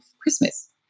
Christmas